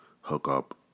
hookup